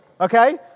Okay